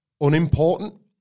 unimportant